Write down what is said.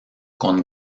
con